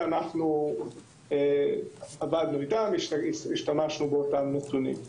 אנחנו עבדנו איתם והשתמשנו באותם נתונים.